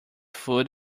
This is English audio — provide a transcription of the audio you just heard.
food